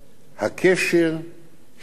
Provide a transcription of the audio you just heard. הקשר שבין